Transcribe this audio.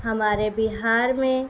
ہمارے بہار میں